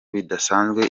bidasanzwe